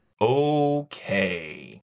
Okay